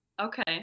Okay